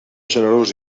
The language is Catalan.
generós